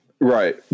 right